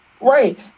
right